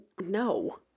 No